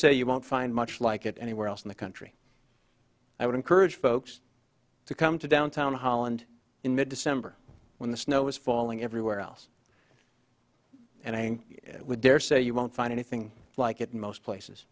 say you won't find much like it anywhere else in the country i would encourage folks to come to downtown holland in mid december when the snow is falling everywhere else and i would dare say you won't find anything like it in most places